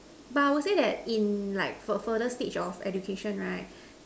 but I will say that in like for further stage of education right